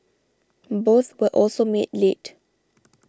both were also made late